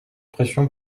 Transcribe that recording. pression